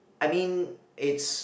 I mean it's